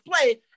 play